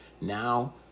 now